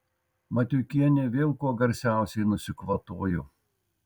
matiukienė vėl kuo garsiausiai nusikvatojo